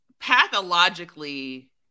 pathologically